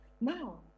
now